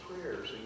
prayers